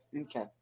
Okay